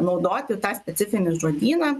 naudoti tą specifinį žodyną